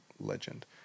legend